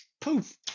poof